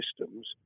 systems